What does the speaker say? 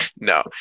No